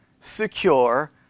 secure